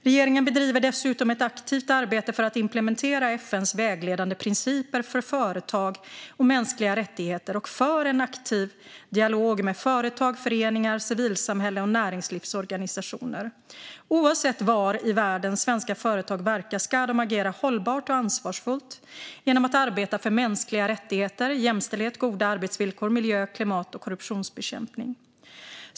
Regeringen bedriver dessutom ett aktivt arbete för att implementera FN:s vägledande principer för företag och mänskliga rättigheter och för en aktiv dialog med företag, föreningar, civilsamhälle och näringslivsorganisationer. Oavsett var i världen svenska företag verkar ska de agera hållbart och ansvarsfullt genom att arbeta för mänskliga rättigheter, jämställdhet, goda arbetsvillkor, miljö, klimat och korruptionsbekämpning.